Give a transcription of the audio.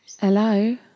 Hello